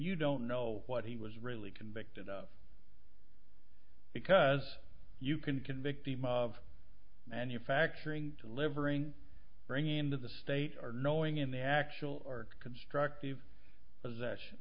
you don't know what he was really convicted of because you can convict him of manufacturing delivering bringing him to the state or knowing in the actual or constructive possession